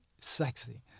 sexy